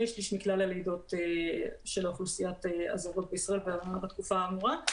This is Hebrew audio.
שליש מכלל הלידות של אוכלוסיית הזרות בישראל בתקופה האמורה,